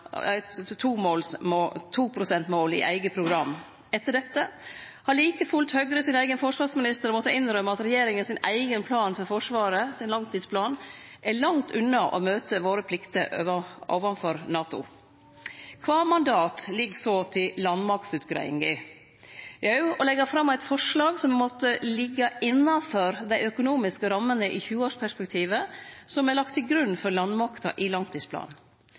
eit 2 pst.-mål i eige program. Etter dette har like fullt Høgre sin eigen forsvarsminister måtta innrømme at regjeringa sin eigen plan for Forsvaret, regjeringa sin langtidsplan, er langt unna å møte våre plikter overfor NATO. Kva mandat ligg så til landmaktutgreiinga? Jau, å leggje fram eit forslag som måtte liggje innanfor dei økonomiske rammene i 20-årsperspektivet som er lagt til grunn for landmakta i langtidsplanen.